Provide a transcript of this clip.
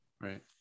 Right